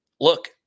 look